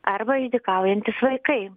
arba išdykaujantys vaikai